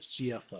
CFO